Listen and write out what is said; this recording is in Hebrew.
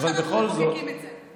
העיקר שאנחנו מחוקקים את זה.